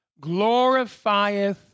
glorifieth